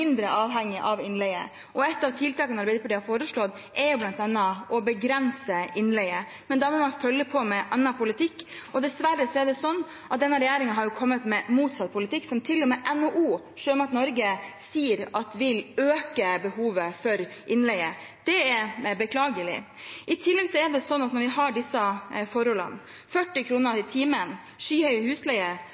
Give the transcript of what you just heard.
avhengig av innleie. Et av tiltakene Arbeiderpartiet har foreslått, er bl.a. å begrense innleie. Da må man følge på med annen politikk, og dessverre har denne regjeringen kommet med motsatt politikk, som til og med NHO, Sjømat Norge, sier vil øke behovet for innleie. Det er beklagelig. I tillegg er det sånn at når vi har disse forholdene – 40 kr timen, skyhøy husleie